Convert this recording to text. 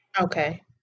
Okay